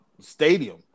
stadium